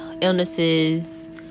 illnesses